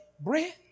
bread